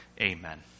Amen